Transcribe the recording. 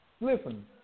listen